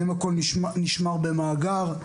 האם הכל נשמר במאגר,